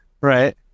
Right